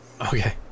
okay